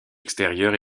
extérieure